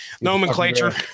nomenclature